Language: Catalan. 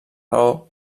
raó